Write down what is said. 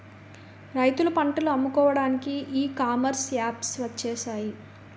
రైతులు పంటలు అమ్ముకోవడానికి ఈ కామర్స్ యాప్స్ వచ్చేసాయి